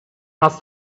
must